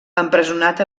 empresonat